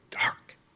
dark